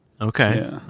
Okay